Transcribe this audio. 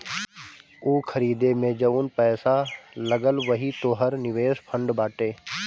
ऊ खरीदे मे जउन पैसा लगल वही तोहर निवेश फ़ंड बाटे